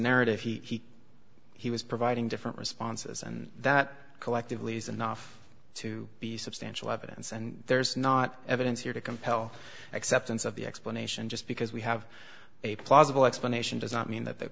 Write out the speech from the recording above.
narrative he he was providing different responses and that collectively is enough to be substantial evidence and there's not evidence here to compel acceptance of the explanation just because we have a plausible explanation does not mean that the